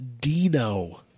Dino